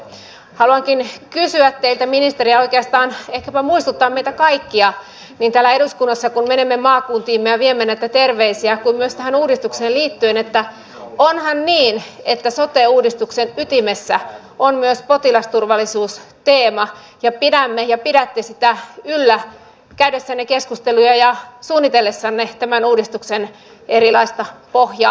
haluankin kysyä teiltä ministeri ja oikeastaan ehkäpä muistuttaa meitä kaikkia niin täällä eduskunnassa kun menemme maakuntiimme ja viemme näitä terveisiä kuin myös tähän uudistukseen liittyen että onhan niin että sote uudistuksen ytimessä on myös potilasturvallisuus teema ja pidämme ja pidätte sitä esillä käydessänne keskusteluja ja suunnitellessanne tämän uudistuksen erilaista pohjaa